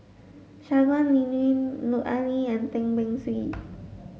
Shangguan Liuyun Lut Ali and Tan Beng Swee